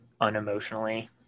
unemotionally